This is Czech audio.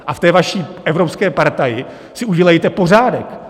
A v té vaší evropské partaji si udělejte pořádek.